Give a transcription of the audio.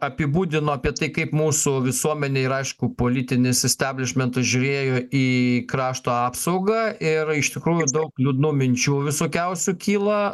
apibūdino apie tai kaip mūsų visuomenė ir aišku politinis isteblišmentas žiūrėjo į krašto apsaugą ir iš tikrųjų daug liūdnų minčių visokiausių kyla